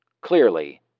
Clearly